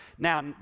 Now